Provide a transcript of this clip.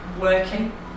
working